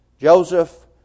Joseph